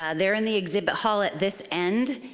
ah they're in the exhibit hall at this end.